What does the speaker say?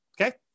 Okay